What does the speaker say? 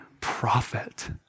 prophet